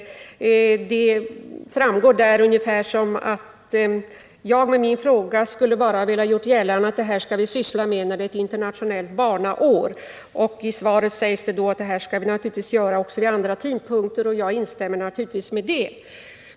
Såsom svaret i den delen är formulerat kan man få intrycket att jag med min fråga skulle ha gjort gällande att vi bör syssla med en fråga av den här typen bara när det är internationellt barnår. Det anförs i svaret att vi bör agera också vid andra tidpunkter, och jag instämmer naturligtvis i detta.